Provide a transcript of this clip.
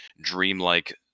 dreamlike